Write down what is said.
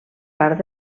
part